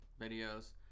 videos